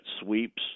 sweeps